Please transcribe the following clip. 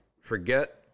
forget